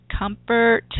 Comfort